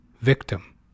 victim